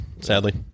sadly